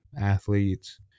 athletes